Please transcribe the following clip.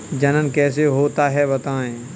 जनन कैसे होता है बताएँ?